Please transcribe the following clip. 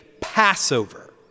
Passover